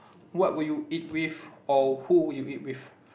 what would you eat with or who would you eat with